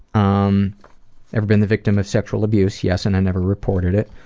um ever been the victim of sexual abuse? yes and i never reported it.